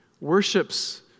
worships